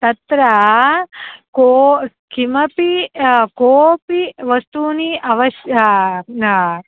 तत्र कः किमपि कोपि वस्तूनि अवश्यकम्